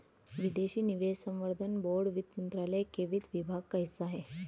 विदेशी निवेश संवर्धन बोर्ड वित्त मंत्रालय के वित्त विभाग का हिस्सा है